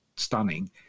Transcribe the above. stunning